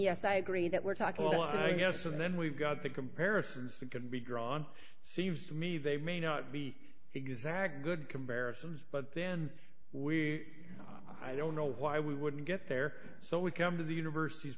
yes i agree that we're talking about something else and then we've got the comparisons to can be drawn seems to me they may not be exact good comparisons but then we i don't know why we wouldn't get there so we come to the universities